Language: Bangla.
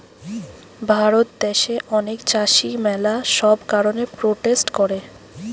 ভারত দ্যাশে অনেক চাষী ম্যালা সব কারণে প্রোটেস্ট করে